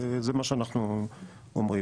זה מה שאנחנו אומרים.